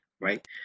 right